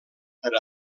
per